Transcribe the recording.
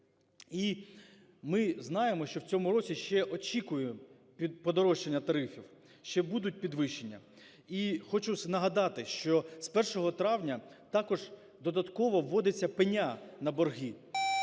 І ми знаємо, що в цьому році ще очікуємо подорожчання тарифів, ще будуть підвищення. І хочу нагадати, що з 1 травня також додатково вводиться пеня на борги.